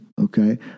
Okay